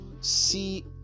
see